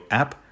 app